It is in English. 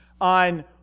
on